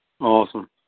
Awesome